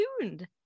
tuned